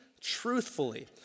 truthfully